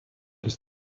his